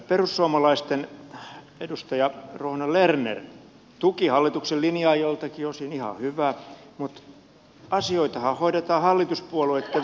perussuomalaisten edustaja ruohonen lerner tuki hallituksen linjaa joiltakin osin ihan hyvä mutta asioitahan hoidetaan hallituspuolueitten voimin